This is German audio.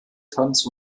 tanz